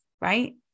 Right